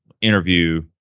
interview